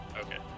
okay